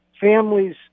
families